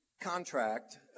contract